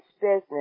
business